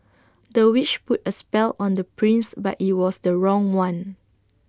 the witch put A spell on the prince but IT was the wrong one